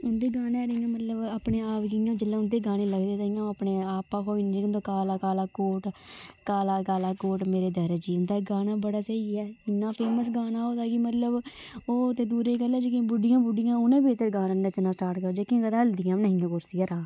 उन्दे गाने अपने आप गी जेल्लै उं'दे गाने लगदे ते अपने आप जि'यां उं'दा काला काला कोट काला काला कोट मेरे दर्जी उं'दा गाना बड़ा स्हेई ऐ इन्ना फेमस गाना उं'दा कि मतलब होर ते दूरै दी गल्ल ऐ जियां बुड्डियां उ'नें बी एह्के गाने पर नच्चना स्टार्ट करी उड़ेया जेहकियां कदें हलदियां बी नेहियां कुर्सी परा